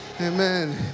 Amen